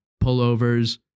pullovers